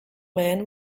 man